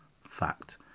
Fact